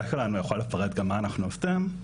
שלנו ואני יכול לפרט גם מה אנחנו עושים,